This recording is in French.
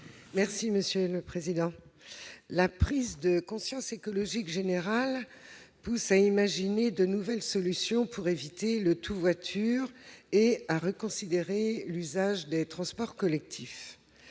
Mme Christine Prunaud. La prise de conscience écologique générale pousse à imaginer de nouvelles solutions pour éviter le « tout-voiture » et à reconsidérer l'usage des transports collectifs.